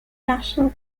national